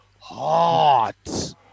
hot